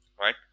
right